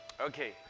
Okay